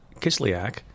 Kislyak